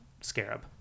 scarab